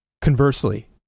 Conversely